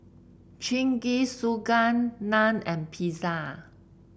Jingisukan Naan and Pizza